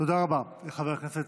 תודה רבה לחבר הכנסת